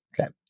Okay